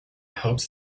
hopes